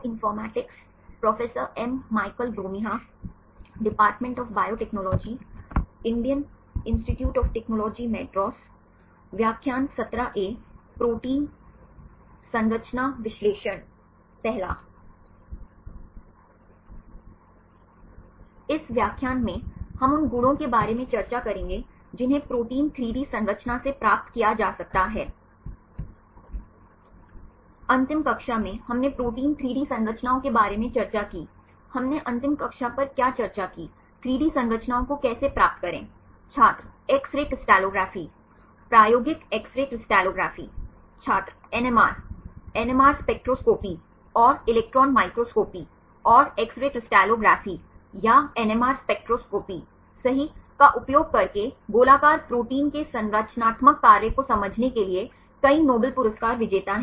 NMR spectroscopy और electron microscopy और X ray crystallography या एनएमआर स्पेक्ट्रोस्कोपी सही का उपयोग करके गोलाकार प्रोटीन के संरचनात्मक कार्य को समझने के लिए कई नोबेल पुरस्कार विजेता हैं